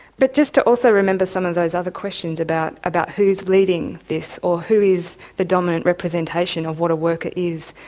but just to also remember some of those other questions about about who's leading this, or who's the dominant representation of what a worker is.